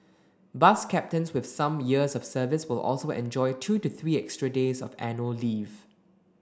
bus captains with some years of service will also enjoy two to three extra days of annual leave